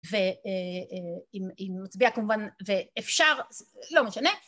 ואם נצביע כמובן ואפשר לא משנה